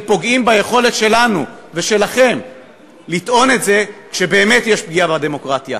פוגעים ביכולת שלנו ושלכם לטעון את זה כשבאמת יש פגיעה בדמוקרטיה,